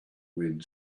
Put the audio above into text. wind